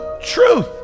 truth